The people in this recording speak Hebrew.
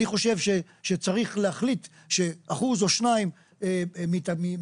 ואני חושב שצריך להחליט שאחוז או שניים מתקציב